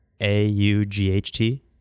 A-U-G-H-T